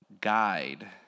guide